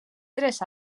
tres